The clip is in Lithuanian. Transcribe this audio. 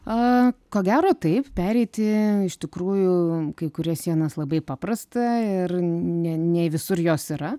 a ko gero taip pereiti iš tikrųjų kai kurias sienas labai paprasta ir ne ne visur jos yra